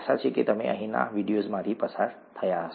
આશા છે કે તમે અહીંના વિડિયોઝમાંથી પસાર થયા હશે